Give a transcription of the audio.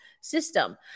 system